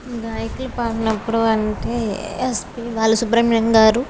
గాయకులు పాడినప్పుడు అంటే ఎస్ పి బాల సుబ్రహ్మణ్యం గారు